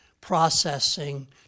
processing